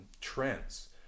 trends